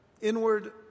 inward